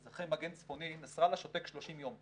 אז אחרי 'מגן צפוני' נסראללה שותק 30 יום.